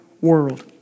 world